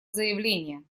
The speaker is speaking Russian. заявления